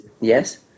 yes